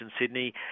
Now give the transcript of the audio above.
Sydney